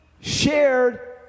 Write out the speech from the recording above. shared